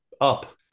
up